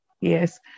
Yes